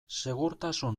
segurtasun